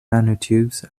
nanotubes